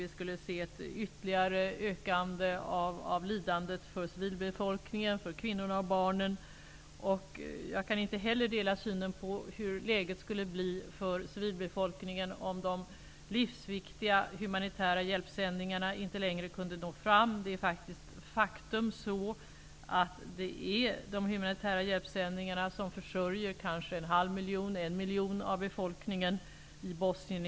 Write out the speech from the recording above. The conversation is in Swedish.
Vi skulle få se ett ytterligare ökat lidande för civilbefolkningen, för kvinnorna och barnen. Jag delar inte heller synen på vilket läget skulle bli för civilbefolkningen om de livsviktiga humanitära hjälpsändningarna inte längre kunde nå fram. Det är ett faktum att de humanitära hjälpsändningarna i dag försörjer en halv miljon, kanske en miljon, människor i Bosnien.